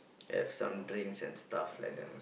have some drinks and stuff like that lah